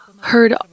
heard